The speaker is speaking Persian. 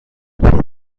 پرداخت